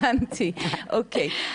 הבנתי, אוקיי.